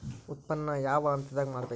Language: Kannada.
ಉತ್ಪನ್ನ ಯಾವ ಹಂತದಾಗ ಮಾಡ್ಬೇಕ್?